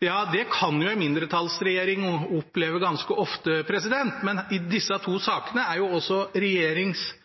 Det kan en mindretallsregjering oppleve ganske ofte, men i disse to sakene er også